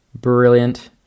brilliant